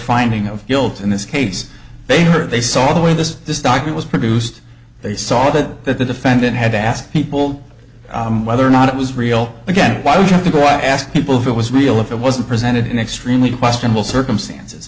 finding of guilt in this case they heard they saw the way this this doctor was produced they saw that that the defendant had to ask people whether or not it was real again why would you have to go out ask people if it was real if it wasn't presented in extremely questionable circumstances